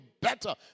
better